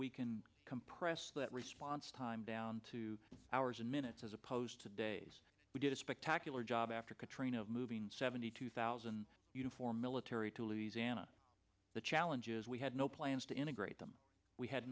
we can compress that response time down to hours and minutes as opposed to days we did a spectacular job after katrina of moving seventy two thousand uniformed military to louisiana the challenges we had no plans to integrate them we had